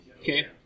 Okay